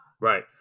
Right